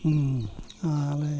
ᱤᱧ ᱟᱞᱮ